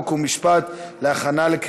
חוק ומשפט נתקבלה.